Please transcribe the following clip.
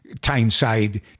Tyneside